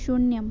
शून्यम्